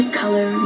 color